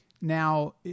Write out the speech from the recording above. Now